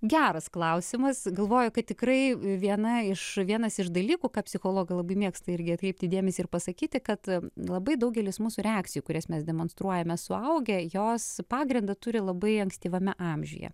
geras klausimas galvoju kad tikrai viena iš vienas iš dalykų ką psichologai labai mėgsta irgi atkreipti dėmesį ir pasakyti kad labai daugelis mūsų reakcijų kurias mes demonstruojame suaugę jos pagrindą turi labai ankstyvame amžiuje